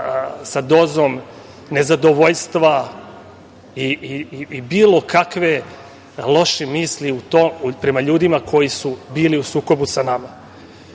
sa dozom nezadovoljstva i bilo kakve loše misli prema ljudima koji su bili u sukobu sa nama.